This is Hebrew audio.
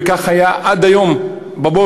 וכך היה עד היום בבוקר,